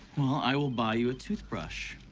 i will buy you a toothbrush.